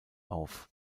auf